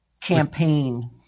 campaign